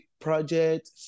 project